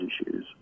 issues